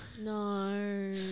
no